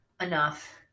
enough